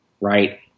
right